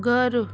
घरु